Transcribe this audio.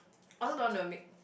I also don't want to make